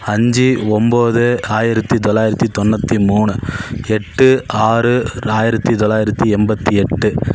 அஞ்சு ஒன்போது ஆயிரத்தி தொள்ளாயிரத்தி தொண்ணூத்தி மூணு எட்டு ஆறு ஆயிரத்தி தொள்ளாயிரத்தி எண்பத்தி எட்டு